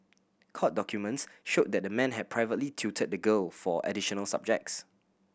court documents showed that the man had privately tutored the girl for additional subjects